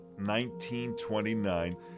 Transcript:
1929